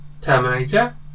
Terminator